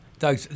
Doug